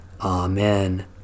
Amen